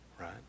right